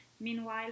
Meanwhile